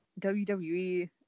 WWE